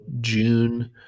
june